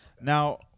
Now